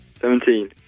Seventeen